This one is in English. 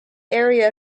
areas